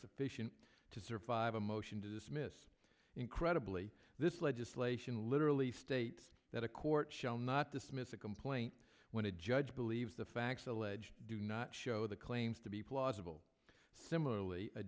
sufficient to survive a motion to dismiss incredibly this legislation literally states that a court shall not dismiss a complaint when a judge believes the facts alleged do not show the claims to be plausible similarly